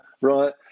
right